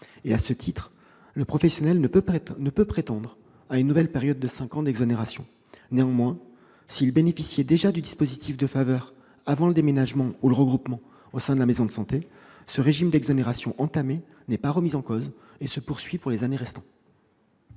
À ce titre, le professionnel ne peut prétendre à une nouvelle période de cinq ans d'exonération. Néanmoins, si ce dernier bénéficiait déjà du dispositif de faveur avant le déménagement ou le regroupement au sein de la maison de santé, le régime d'exonération entamé n'est pas remis en cause. Il se poursuivra pour les années restant